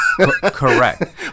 Correct